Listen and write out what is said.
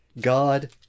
God